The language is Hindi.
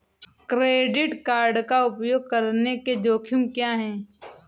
क्रेडिट कार्ड का उपयोग करने के जोखिम क्या हैं?